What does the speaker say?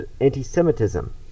anti-semitism